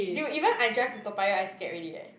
dude even I drive to Toa-Payoh I scared already leh